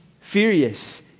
furious